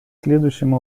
следующим